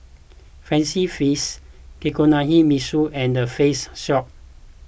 Fancy Feast Kinohimitsu and the Face Shop